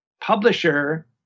publisher